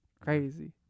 crazy